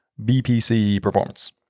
bpcperformance